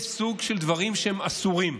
יש סוג של דברים שהם אסורים,